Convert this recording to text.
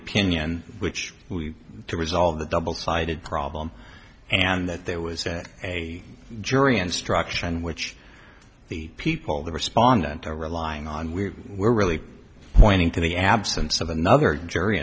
opinion which to resolve the double sided problem and that there was a jury instruction which the people the respondent are relying on we were really pointing to the absence of another jury